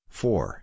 four